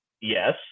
Yes